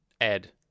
Ed